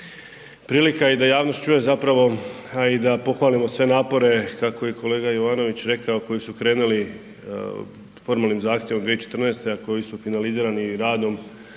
prilika i da javnost čuje zapravo, a i da pohvalimo sve napore kako je i kolega Jovanović rekao, koji su krenuli formalnim zahtjevom 2014., a koji su finalizirani radom